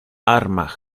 armagh